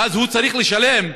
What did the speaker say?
ואז הוא צריך לשלם,